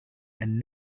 and